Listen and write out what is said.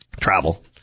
travel